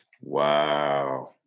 wow